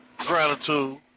Gratitude